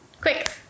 Quick